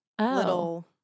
little